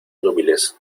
núbiles